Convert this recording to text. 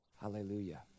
hallelujah